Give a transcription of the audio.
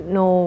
no